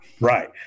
right